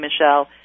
Michelle